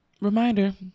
Reminder